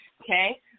Okay